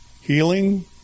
healing